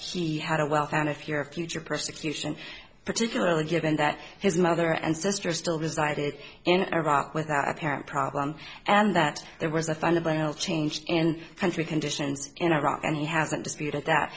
she had a wealth and if your future persecution particularly given that his mother and sister still resided in iraq without apparent problem and that there was a fundamental change in country conditions in iraq and he hasn't disputed that